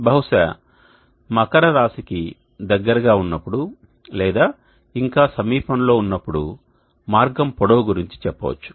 బహుశా మకర రాశి కి దగ్గరగా ఉన్నప్పుడు లేదా ఇంకా సమీపంలో ఉన్నప్పుడు మార్గం పొడవు గురించి చెప్పవచ్చు